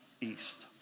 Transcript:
east